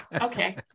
okay